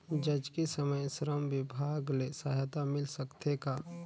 जचकी समय श्रम विभाग ले सहायता मिल सकथे का?